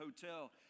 hotel